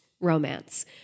romance